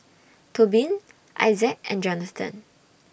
Tobin Issac and Jonathan